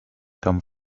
come